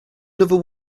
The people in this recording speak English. another